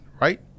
right